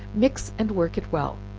mix and work it well,